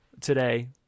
today